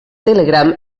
telegram